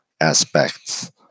aspects